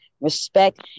respect